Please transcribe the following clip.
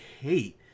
hate